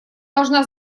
должна